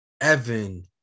Evan